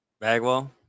Bagwell